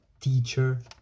teacher